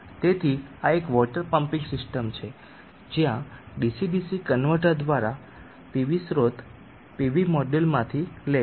તેથી આ એક વોટર પમ્પિંગ સિસ્ટમ છે જ્યાં ડીસી ડીસી કન્વર્ટર દ્વારા સ્ત્રોત PV મોડ્યુલમાંથી છે